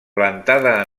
plantada